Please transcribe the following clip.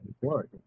work